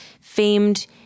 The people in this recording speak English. famed